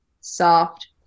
soft